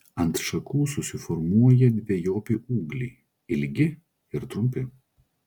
ant šakų susiformuoja dvejopi ūgliai ilgi ir trumpi